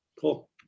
Cool